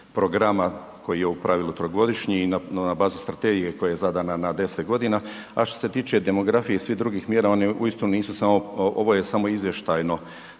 programa koji je u pravilu trogodišnji i na bazi strategije koja je zadana na 10 godina, a što se tiče demografije i svih drugih mjere one uistinu nisu samo, ovo